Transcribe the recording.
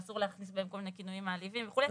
ואסור להכניס בהן כל מיני כינויים מעליבים וכולי.